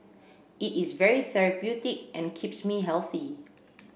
it is very therapeutic and keeps me healthy